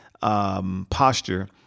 posture